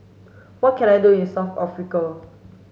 what can I do in South Africa